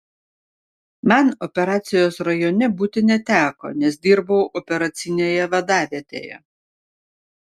man operacijos rajone būti neteko nes dirbau operacinėje vadavietėje